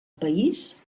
país